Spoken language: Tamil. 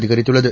அதிகரித்துள்ளது